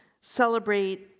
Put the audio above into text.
celebrate